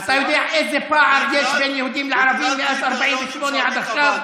אתה יודע איזה פער יש בין יהודים לערבים מאז 1948 עד עכשיו?